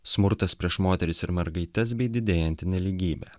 smurtas prieš moteris ir mergaites bei didėjanti nelygybė